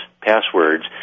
passwords